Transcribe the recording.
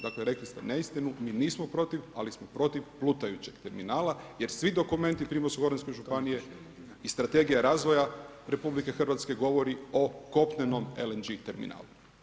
Dakle rekli ste neistinu, mi nismo protiv, ali smo protiv plutajućeg terminala jer svi dokumenti Primorsko-goranske županije i Strategija razvoja RH govori o kopnenom LNG terminalu.